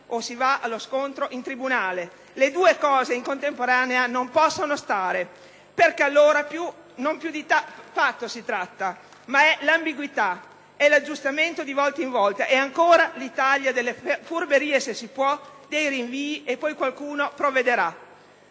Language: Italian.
o si va allo scontro in tribunale. Le due cose in contemporanea non possono stare. *(Applausi dal Gruppo PD).* Infatti, allora non più di patto si tratta, ma è l'ambiguità, è l'aggiustamento di volta in volta, è ancora l'Italia delle furberie se si può, dei rinvii e poi qualcuno provvederà.